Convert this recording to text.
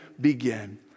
Begin